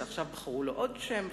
שעכשיו בחרו לו עוד שם,